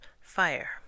fire